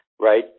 right